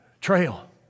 trail